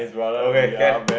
okay can